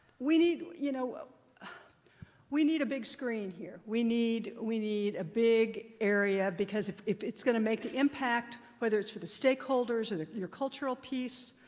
we need you know we need a big screen here. we need we need a big area, because if if it's going to make an impact, whether it's for the stakeholders or your cultural piece,